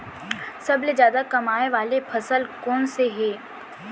सबसे जादा कमाए वाले फसल कोन से हे?